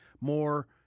more